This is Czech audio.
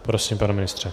Prosím, pane ministře.